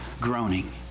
groaning